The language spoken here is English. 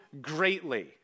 greatly